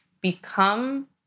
become